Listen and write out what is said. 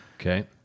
okay